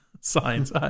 science